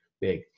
big